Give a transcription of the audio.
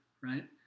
right